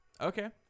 okay